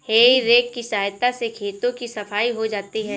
हेइ रेक की सहायता से खेतों की सफाई हो जाती है